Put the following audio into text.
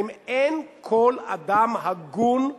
האם אין כל אדם הגון,